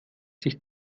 sich